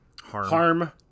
harm